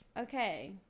Okay